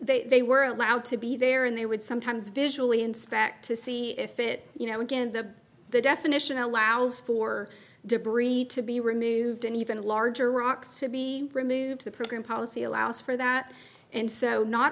they were allowed to be there and they would sometimes visually inspect to see if it you know again the the definition allows for debris to be removed and even larger rocks to be removed the program policy allows for that and so not